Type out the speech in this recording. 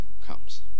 comes